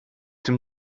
dem